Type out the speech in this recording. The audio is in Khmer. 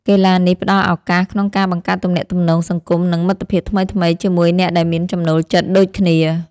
កីឡានេះផ្ដល់ឱកាសក្នុងការបង្កើតទំនាក់ទំនងសង្គម និងមិត្តភាពថ្មីៗជាមួយអ្នកដែលមានចំណូលចិត្តដូចគ្នា។